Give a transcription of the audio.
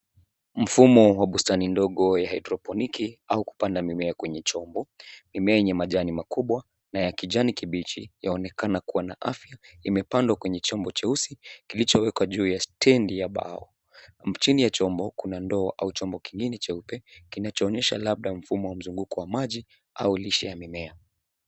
Mfumo wa bustani ndogo ya hydroponic au kupanda mimea kwenye chombo. Mimea yenye majani makubwa na ya kijani kibichi yaonekana kuwa na afya. Imepandwa kwenye chombo cheusi kilichowekwa juu ya stendi ya mbao. Chini ya chombo kuna ndoo au chombo kingine cheupe kinachoonyesha labda mzunguko wa maji au lishe ya mimea.